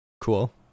Cool